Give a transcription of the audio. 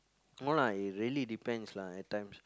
no lah it really depends lah at times